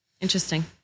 Interesting